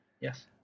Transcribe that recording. Yes